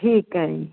ਠੀਕ ਐ ਜੀ